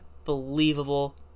unbelievable